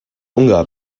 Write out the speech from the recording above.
unger